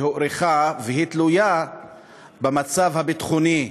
שהוארכה, והיא תלויה במצב הביטחוני.